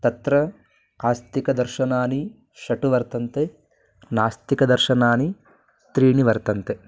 तत्र आस्तिकदर्शनानि षट् वर्तन्ते नास्तिकदर्शनानि त्रीणि वर्तन्ते